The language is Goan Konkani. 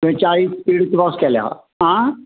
बेचाळीस स्पीड क्रॉस केल्या आं